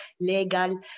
legal